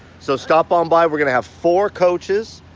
so stop on by. we're gonna have four coaches,